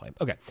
Okay